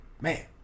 Man